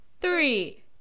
three